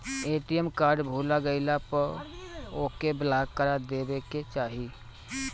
ATM card भूला गईला पअ ओके ब्लाक करा देवे के चाही